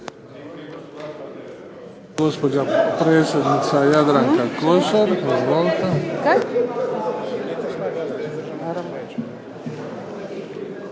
Hvala vam